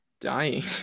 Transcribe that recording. dying